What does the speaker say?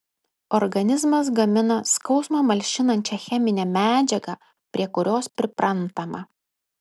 organizmas gamina skausmą malšinančią cheminę medžiagą prie kurios priprantama